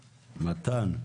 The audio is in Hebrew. בבקשה.